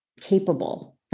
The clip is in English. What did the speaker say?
capable